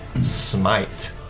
Smite